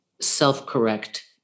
self-correct